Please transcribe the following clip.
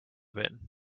bin